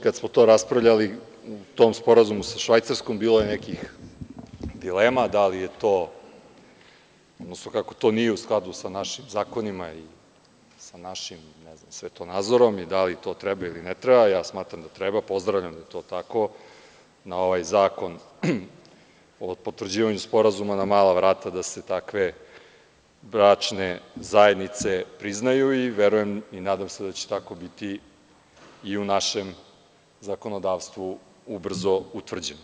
Kada smo to raspravljaliu tom sporazumu sa Švajcarskom bilo je nekih dilema, da li je to, odnosno kako to nije u skladu sa našim zakonima i sa našim svetonazorom i da li to treba ili ne treba, ja smatram da treba pozdravljam jer je to tako na ovaj zakon o potvrđivanju Sporazuma na mala vrata, da se takve bračne zajednice priznaju i verujem i nadam se da će tako biti i u našem zakonodavstvu ubrzo utvrđen.